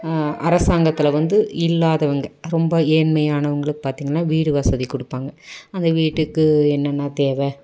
அரசாங்கத்தில் வந்து இல்லாதவங்கள் ரொம்ப ஏழ்மையானவங்களுக்கு பார்த்தீங்கன்னா வீடு வசதி கொடுப்பாங்க அந்த வீட்டுக்கு என்னென்ன தேவை